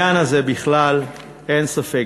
בעניין הזה בכלל אין ספק.